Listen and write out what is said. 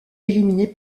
éliminer